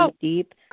deep